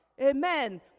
Amen